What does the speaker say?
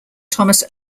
thomas